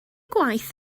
gwaith